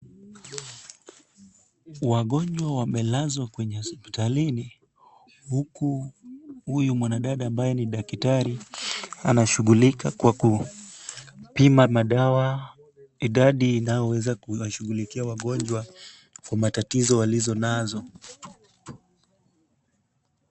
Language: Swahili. Wagonjwa wamelazwa kwenye hospitalini huku huyu mwanadada ambaye ni daktari anashughulika kwa kupima madawa idadi inayoweza kuwashughulikia wagonjwa kwa matatizo walizo nazo.